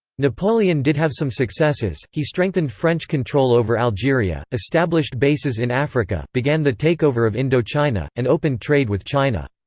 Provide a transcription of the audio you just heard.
napoleon did have some successes he strengthened french control over algeria, established bases in africa, began the takeover of indochina, and opened trade with china.